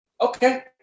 Okay